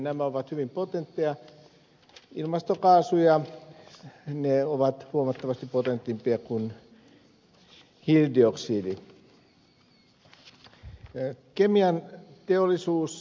nämä ovat hyvin potentteja ilmastokaasuja ne ovat huomattavasti potentimpia kuin hiilidioksidi